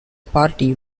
party